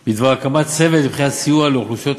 על הקמת צוות לבחינת סיוע לאוכלוסיית